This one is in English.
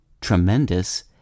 tremendous